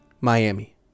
Miami